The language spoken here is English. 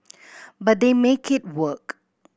but they make it work